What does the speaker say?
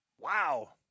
Wow